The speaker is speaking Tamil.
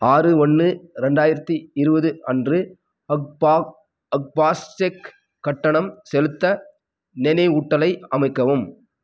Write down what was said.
ஆறு ஒன்று ரெண்டாயிரத்தி இருபது அன்று ஃபாஸ்டேக் கட்டணம் செலுத்த நினைவூட்டலை அமைக்கவும்